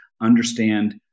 understand